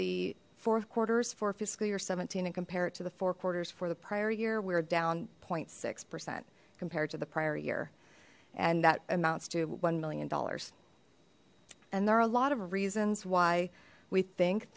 the fourth quarters for fiscal year seventeen and compare it to the four quarters for the prior year we're down point six percent compared to the prior year and that amounts to one million dollars and there are a lot of reasons why we think